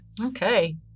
Okay